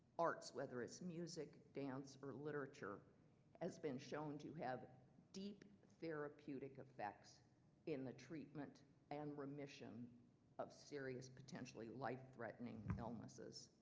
arts, whether it's music, dance or literature has been shown to have deep, therapeutic effects in the treatment and remission of serious potentially life-threatening illnesses.